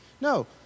No